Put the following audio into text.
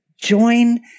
Join